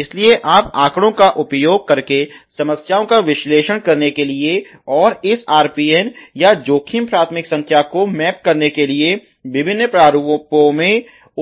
इसलिए आप आंकड़ों का उपयोग करके समस्याओं का विश्लेषण करने के लिए और इस RPN या जोखिम प्राथमिकता संख्या को मैप करने के लिए विभिन्न प्रारूपों में